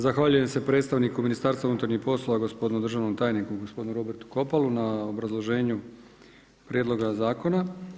Zahvaljujem se predstavniku Ministarstva unutarnjih poslova gospodinu državnom tajniku, gospodinu Robertu Kopalu na obrazloženju prijedloga zakona.